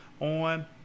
on